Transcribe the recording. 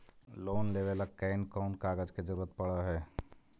Loan लेबे ल कैन कौन कागज के जरुरत पड़ है?